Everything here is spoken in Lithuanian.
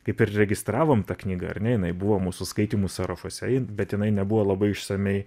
kaip ir registravom tą knygą ar ne jinai buvo mūsų skaitymų sąrašuose jin bet jinai nebuvo labai išsamiai